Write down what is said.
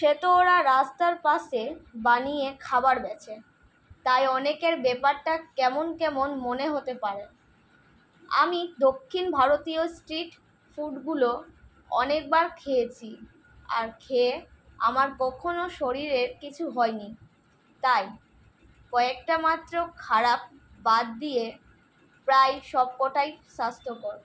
সে তো ওরা রাস্তার পাশে বানিয়ে খাবার বেচে তাই অনেকের ব্যাপারটা কেমন কেমন মনে হতে পারে আমি দক্ষিণ ভারতীয় স্ট্রিট ফুডগুলো অনেকবার খেয়েছি আর খেয়ে আমার কখনও শরীরের কিছু হয়নি তাই কয়েকটা মাত্র খারাপ বাদ দিয়ে প্রায় সবকটাই স্বাস্থ্যকর